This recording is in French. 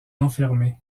enfermés